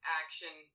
action